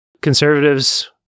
conservatives